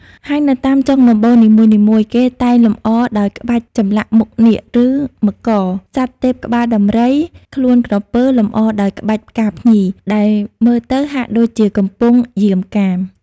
ហើយនៅតាមចុងដំបូលនីមួយៗ គេតែងលម្អដោយក្បាច់ចម្លាក់មុខនាគ ឬមករ (សត្វទេពក្បាលដំរី ខ្លួនក្រពើ លម្អដោយក្បាច់ផ្កាភ្ញី) ដែលមើលទៅហាក់ដូចជាកំពុងយាមកាម។